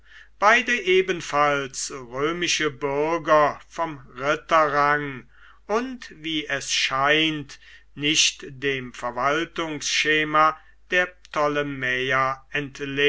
beide ebenfalls römische bürger vom ritterrang und wie es scheint nicht dem verwaltungsschema der